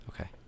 Okay